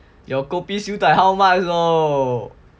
your kopi siew dai how much lor